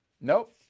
Nope